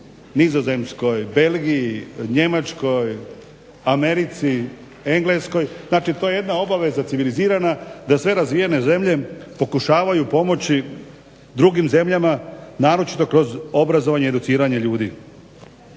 Nizozemskoj, Belgiji, Njemačkoj, Americi, Engleskoj znači to je jedna obveza civilizirana da sve razvijene zemlje pokušavaju pomoći drugim zemljama naročito kroz obrazovanje i educiranje ljudi.